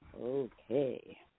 okay